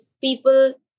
people